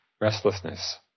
restlessness